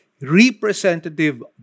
Representative